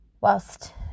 whilst